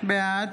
בעד